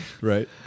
right